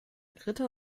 ritter